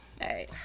Hey